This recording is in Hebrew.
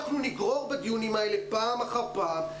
אנחנו ניגרר בדיונים האלה פעם אחר פעם.